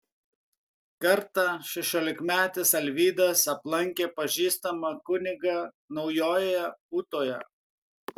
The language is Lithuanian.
kartą šešiolikmetis alvydas aplankė pažįstamą kunigą naujojoje ūtoje